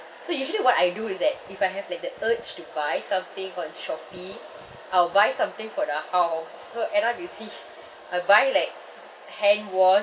so usually what I do is that if I have like the urge to buy something from Shopee I'll buy something for the house so end up you see I buy like hand wash